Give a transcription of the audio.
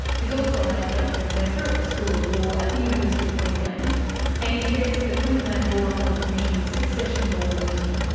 he's also an adjunct professor at the school of law at the university of queensland and he chairs the queensland law reform commission's succession law committee.